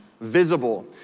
Visible